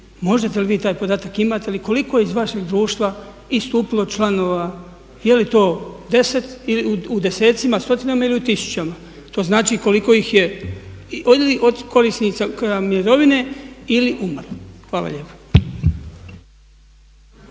možete li vi taj podatak imate li koliko je iz vašeg društva istupilo članova? Je li to 10, u desecima, stotinama ili u tisućama? To znači koliko ih je od korisnika mirovine ili umrlo? Hvala lijepa.